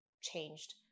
changed